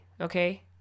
okay